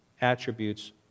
attributes